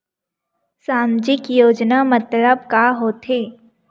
सामजिक योजना मतलब का होथे?